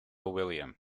william